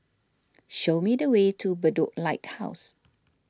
show me the way to Bedok Lighthouse